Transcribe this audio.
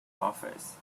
office